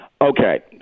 Okay